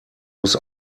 muss